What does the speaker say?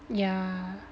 yeah